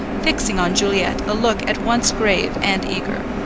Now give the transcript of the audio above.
fixing on juliet a look at once grave and eager.